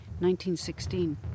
1916